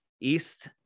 east